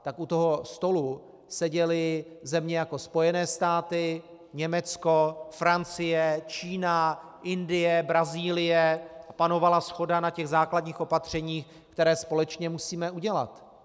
U toho stolu seděly země jako Spojené státy, Německo, Francie, Čína, Indie, Brazílie, panovala shoda na základních opatřeních, která společně musíme udělat.